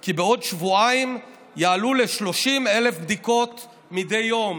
כי בעוד שבועיים יעלו ל-30,000 בדיקות מדי יום.